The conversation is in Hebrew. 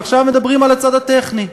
ועכשיו מדברים על הצד הטכני,